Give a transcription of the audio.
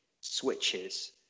switches